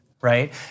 right